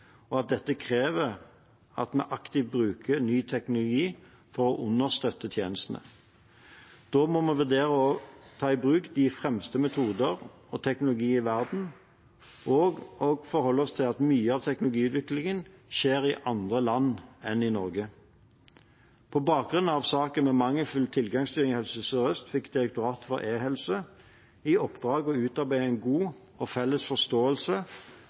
og at dette krever at vi aktivt bruker ny teknologi for å understøtte tjenestene. Da må vi vurdere å ta i bruk de fremste metoder og teknologier i verden, og også forholde oss til at mye av teknologiutviklingen skjer i andre land enn i Norge. På bakgrunn av saken med mangelfull tilgangsstyring i Helse Sør-Øst fikk Direktoratet for e-helse i oppdrag å utarbeide en god og felles forståelse